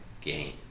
game